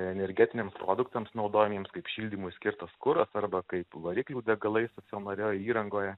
energetiniams produktams naudojamiems kaip šildymui skirtas kuras arba kaip variklių degalai stacionarioj įrangoje